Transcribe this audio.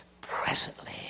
presently